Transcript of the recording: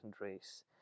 race